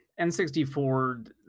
N64